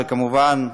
וכמובן,